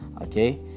okay